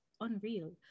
unreal